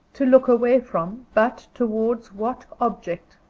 to look away from but, towards what object?